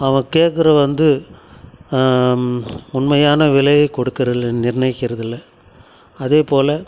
அவன் கேட்குறது வந்து உண்மையான விலையை கொடுக்குறதுல்ல நிர்ணயிக்கிறதுல்ல அதே போல